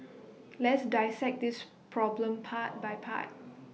let's dissect this problem part by part